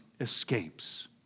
escapes